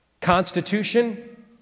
Constitution